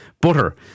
butter